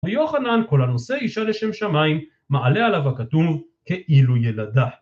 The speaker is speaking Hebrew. רב יוחנן, כל הנושא אישה לשם שמיים מעלה עליו הכתוב כאילו ילדה.